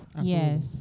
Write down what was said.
Yes